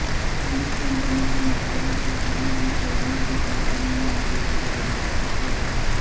वित्त कम्पनी के माध्यम से कहीं भी कउनो भी कम्पनी मे निवेश करल जा सको हय